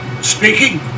Speaking